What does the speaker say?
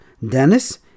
Dennis